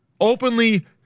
openly